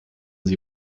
sie